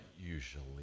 usually